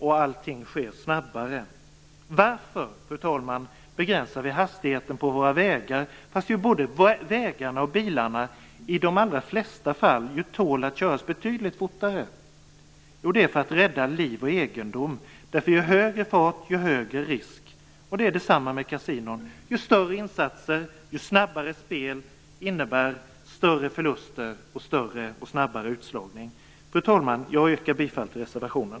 Allting sker snabbare. Varför, fru talman, begränsar vi hastigheten på våra vägar fast bilarna i de flesta fall tål att köras betydligt fortare? Jo, det är för att rädda liv och egendom. Ju högre farten är, desto större är risken. Det är detsamma med kasinon: ju större insatser och ju snabbare spel, desto större förluster och snabbare utslagning. Fru talman! Jag yrkar bifall till reservationen.